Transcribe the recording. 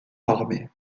armé